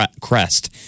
crest